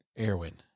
Erwin